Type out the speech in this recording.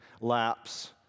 lapse